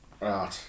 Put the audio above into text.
Right